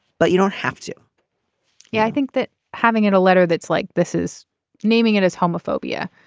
but you don't have to yeah i think that having it a letter that's like this is naming it as homophobia.